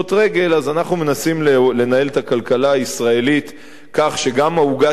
אנחנו מנסים לנהל את הכלכלה הישראלית כך שגם העוגה תצמח,